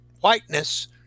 whiteness